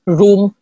room